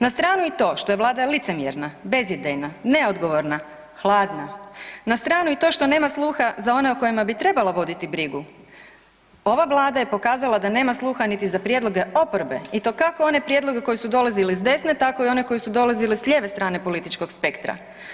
Na stranu i to što je Vlada licemjerna, bezidejna, neodgovorna, hladna, na stranu i to što nema sluha za one o kojima bi trebala voditi brigu, ova Vlada je pokazala da nema sluha niti za prijedloge oporbe i to kako one prijedloge koji su dolazili s desne, tako i one koko su dolazili s lijeve političkog spektra.